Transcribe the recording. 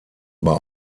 über